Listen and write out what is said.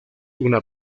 una